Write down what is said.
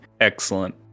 Excellent